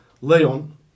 Leon